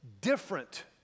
different